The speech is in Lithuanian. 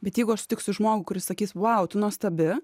bet jeigu aš sutiksiu žmogų kuris sakys vau tu nuostabi